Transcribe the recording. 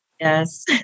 Yes